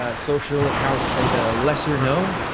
ah social accounts for the lesser known.